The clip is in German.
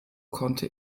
konnte